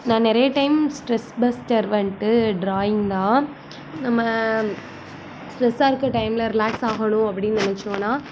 நான் நிறைய time stress buster வந்துட்டு ட்ராயிங் தான் நம்ம ஸ்ட்ரெஸ்ஸாக இருக்கற டைமில் ரிலாக்ஸ் ஆகணும் அப்படின்னு நினைச்சோன்னா